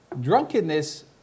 drunkenness